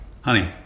Honey